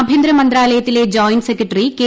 ആഭ്യന്തര മന്ത്രാലയത്തിലെ joint secretary K